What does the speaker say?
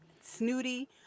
snooty